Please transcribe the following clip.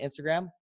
Instagram